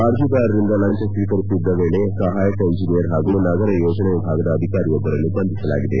ಅರ್ಜಿದಾರರಿಂದ ಲಂಚ ಸ್ವೀಕರಿಸುತ್ತಿದ್ದ ವೇಳೆಯಲ್ಲಿ ಸಹಾಯಕ ಎಂಜಿನಿಯರ್ ಹಾಗೂ ನಗರ ಯೋಜನೆ ವಿಭಾಗದ ಅಧಿಕಾರಿಯೊಬ್ಬರನ್ನು ಬಂಧಿಸಲಾಗಿದೆ